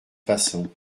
façon